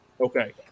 Okay